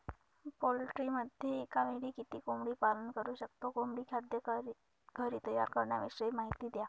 पोल्ट्रीमध्ये एकावेळी किती कोंबडी पालन करु शकतो? कोंबडी खाद्य घरी तयार करण्याविषयी माहिती द्या